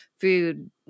food